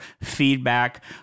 feedback